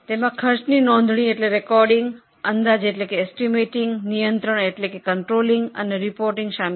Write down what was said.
તેમાં ખર્ચની નોંધણી અંદાજ નિયંત્રણ અને જાણ કરવું શામેલ છે